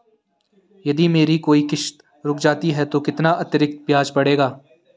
यदि मेरी कोई किश्त रुक जाती है तो कितना अतरिक्त ब्याज पड़ेगा?